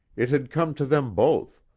it had come to them both,